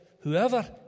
whoever